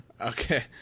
Okay